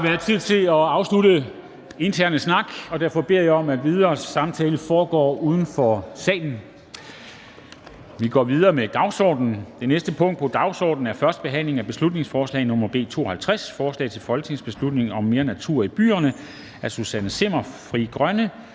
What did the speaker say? har der været tid til at afslutte al intern snak, og derfor beder jeg om, at videre samtaler foregår uden for salen. --- Det næste punkt på dagsordenen er: 6) 1. behandling af beslutningsforslag nr. B 52: Forslag til folketingsbeslutning om mere natur i byerne. Af Susanne Zimmer (FG) m.fl.